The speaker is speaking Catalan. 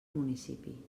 municipi